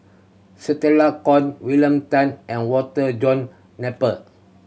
Stella Kon William Tan and Walter John Napier